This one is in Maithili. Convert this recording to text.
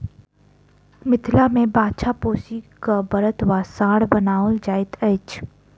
मिथिला मे बाछा पोसि क बड़द वा साँढ़ बनाओल जाइत अछि